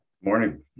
morning